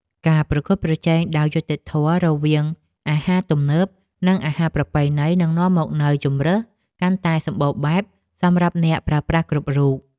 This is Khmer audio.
ការប្រកួតប្រជែងដោយយុត្តិធម៌រវាងអាហារទំនើប និងអាហារប្រពៃណីនឹងនាំមកនូវជម្រើសកាន់តែសម្បូរបែបសម្រាប់អ្នកប្រើប្រាស់គ្រប់រូប។